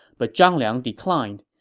but zhang liang declined,